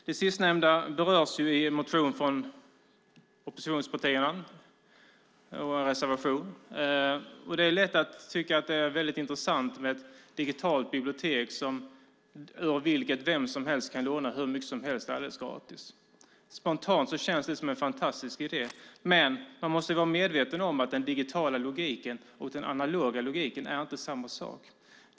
Det sistnämnda berörs i en motion från oppositionspartierna och i en reservation. Det är lätt att tycka att det är väldigt intressant med ett digitalt bibliotek ur vilket vem som helst kan låna hur mycket som helst alldeles gratis. Spontant känns det som en fantastisk idé, men man måste vara medveten om att den digitala logiken och den analoga logiken inte är samma sak.